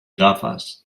gafas